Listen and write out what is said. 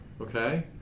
Okay